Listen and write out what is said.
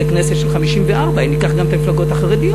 זו כנסת של 54. אם ניקח גם את המפלגות החרדיות,